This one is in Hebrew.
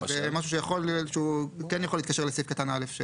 זה משהו שכן יכול להתקשר לסעיף קטן (א).